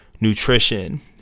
nutrition